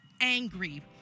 angry